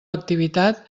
activitat